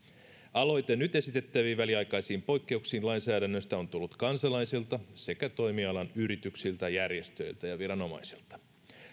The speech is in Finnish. aloite nyt esitettäviin väliaikaisiin poikkeuksiin lainsäädännössä on tullut kansalaisilta sekä toimialan yrityksiltä järjestöiltä ja viranomaisilta